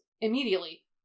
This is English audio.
immediately